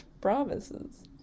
promises